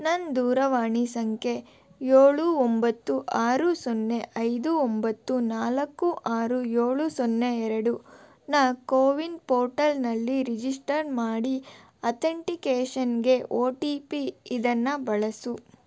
ನನ್ನ ದೂರವಾಣಿ ಸಂಖ್ಯೆ ಏಳು ಒಂಬತ್ತು ಆರು ಸೊನ್ನೆ ಐದು ಒಂಬತ್ತು ನಾಲ್ಕು ಆರು ಏಳು ಸೊನ್ನೆ ಎರಡು ನ ಕೋವಿನ್ ಪೋರ್ಟಲ್ನಲ್ಲಿ ರಿಜಿಸ್ಟರ್ ಮಾಡಿ ಅಥೆಂಟಿಕೇಷನ್ಗೆ ಒ ಟಿ ಪಿ ಇದನ್ನು ಬಳಸು